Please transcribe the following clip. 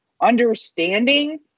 understanding